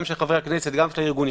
גם של חברי הכנסת וגם של הארגונים,